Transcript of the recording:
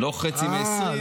לא חצי מ-20.